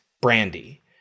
Brandy